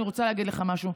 אני רוצה להגיד לך משהו.